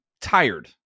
tired